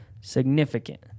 significant